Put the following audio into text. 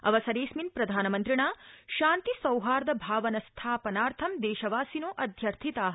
अवसरेऽस्मिन् प्रधानमन्त्रिणा शान्ति सौहार्द भावस्थापनार्थं देशवासिनो अध्यर्थिता